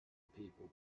people